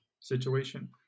situation